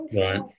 Right